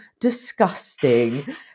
disgusting